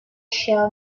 shall